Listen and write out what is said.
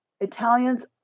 Italians